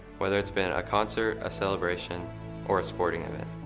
whether it's been a concert, a celebration or a sporting event.